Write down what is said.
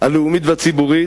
הלאומית והציבורית,